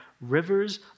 rivers